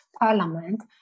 parliament